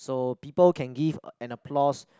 so people can give an applause